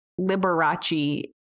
Liberace